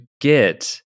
get